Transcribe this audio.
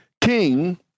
king